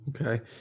Okay